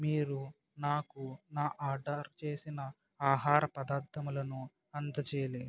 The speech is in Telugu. మీరు నాకు నా ఆర్డర్ చేసిన ఆహార పదార్ధములను అందజేయలేదు